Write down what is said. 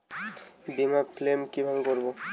বিমা ক্লেম কিভাবে করব?